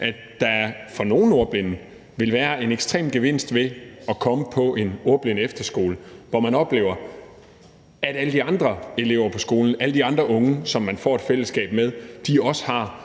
der for nogle ordblinde vil være en ekstrem gevinst ved at komme på en ordblindeefterskole, hvor man oplever, at alle de andre elever på skolen, alle de andre unge, som man får et fællesskab med, også har